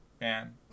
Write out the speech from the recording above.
man